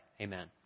Amen